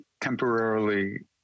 temporarily